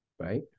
right